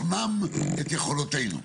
בבוחנם את יכולותינו?